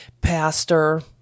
pastor